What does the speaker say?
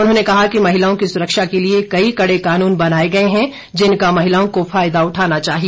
उन्होंने कहा कि महिलाओं की सुरक्षा के लिए कई कड़े कानून बनाए गए हैं जिनका महिलाओं को फायदा उठाना चाहिए